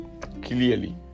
clearly